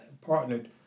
partnered